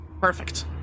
Perfect